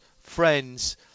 friends